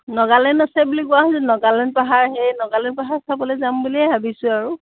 নাগালেণ্ড আছে বুলি কোৱা হৈছে নাগালেণ্ড পাহাৰ সেই নাগালেণ্ড পাহাৰ চাবলৈ যাম বুলিয়ে ভাবিছোঁ আৰু